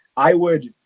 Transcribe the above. i would,